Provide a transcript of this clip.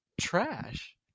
trash